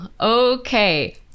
okay